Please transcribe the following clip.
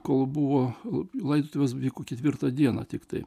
kol buvo laidotuvės vyko ketvirtą dieną tiktai